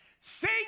Sing